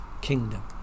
kingdom